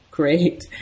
Great